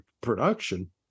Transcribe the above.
production